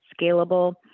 scalable